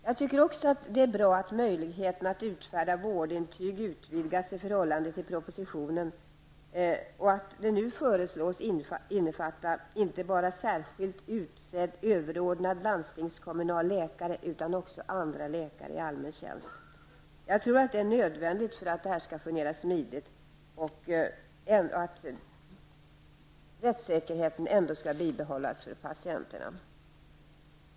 Jag tycker också att det är bra att möjligheten att utfärda vårdintyg utvidgas i förhållande till propositionen och att det nu föreslås innefatta inte bara särskilt utsedd överordnad landstingskommunal läkare utan också andra läkare i allmän tjänst. Jag tror att det är nödvändigt för att detta skall kunna fungera smidigt och patienternas rättssäkerhet skall bibehållas.